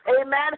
Amen